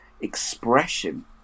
expression